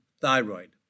thyroid